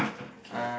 okay